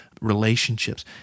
relationships